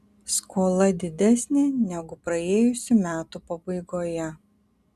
skola didesnė negu praėjusių metų pabaigoje